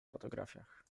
fotografiach